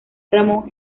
ramon